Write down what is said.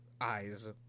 eyes